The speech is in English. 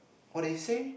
what did he say